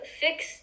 fix